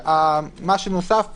מה שנוסף פה,